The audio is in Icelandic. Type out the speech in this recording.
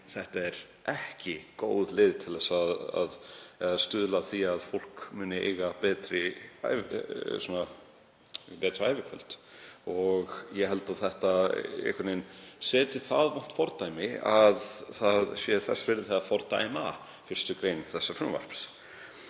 þetta er ekki góð leið til að stuðla að því að fólk muni eiga betra ævikvöld. Ég held að þetta setji það vont fordæmi að það sé þess virði að fordæma 1. gr. þessa frumvarps.